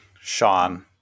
Sean